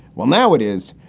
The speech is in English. well, now it is,